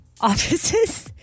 offices